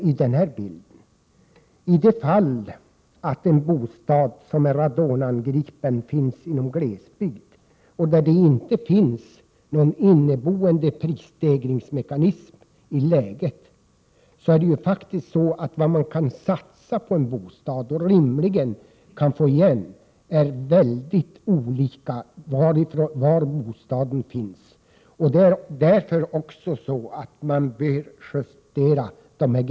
Om en bostad som är angripen av radon ligger i ett glesbygdsområde, där det inte förekommer några nämnvärda prisstegringar, är ju möjligheterna att få igen det man själv satsar på en sanering rimligen mycket lägre än om det gäller en bostad i ett område där prisstegringsmekanismen fungerar.